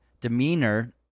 demeanor